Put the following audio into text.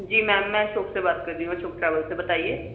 جی ma'am میں اشوک سے بات کر رہی ہوں اشوک ٹریول سے بتائیے